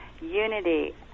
Unity